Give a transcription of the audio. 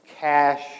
cash